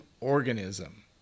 organism